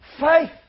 faith